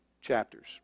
chapters